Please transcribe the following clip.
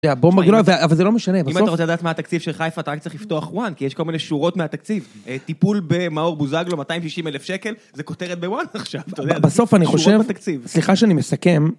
אבל זה לא משנה, בסוף... אם אתה רוצה לדעת מה התקציב של חיפה, אתה רק צריך לפתוח וואן, כי יש כל מיני שורות מהתקציב. טיפול במאור בוזגלו, 290 אלף שקל, זה כותרת בוואן עכשיו, אתה יודע? בסוף אני חושב... סליחה שאני מסכם.